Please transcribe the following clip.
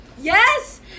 Yes